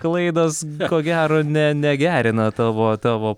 klaidos ko gero ne negerina tavo tavo